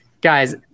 Guys